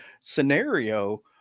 scenario